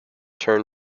turn